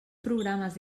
programes